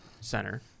center